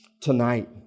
tonight